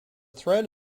threat